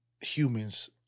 humans